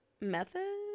Method